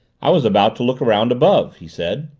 i was about to look around above, he said.